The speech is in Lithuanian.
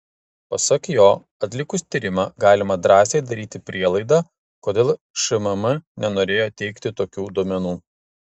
pasak jo atlikus tyrimą galima drąsiai daryti prielaidą kodėl šmm nenorėjo teikti tokių duomenų